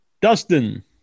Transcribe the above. Dustin